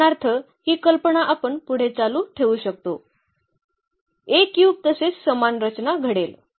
उदाहरणार्थ ही कल्पना आपण पुढे चालू ठेवू शकतो तसेच समान रचना घडेल